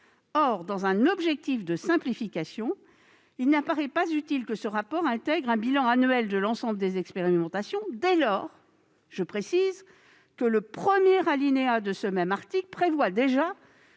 Or, dans un objectif de simplification, il ne semble pas utile que ce rapport intègre un bilan annuel de l'ensemble des expérimentations, dès lors que le premier alinéa de l'article que j'ai